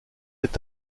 est